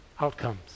outcomes